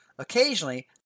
Occasionally